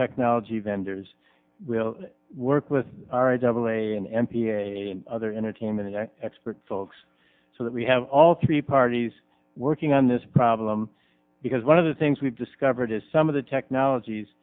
technology vendors will work with our devil a n m p a other entertainment expert folks so that we have all three parties working on this problem because one of the things we've discovered is some of the technologies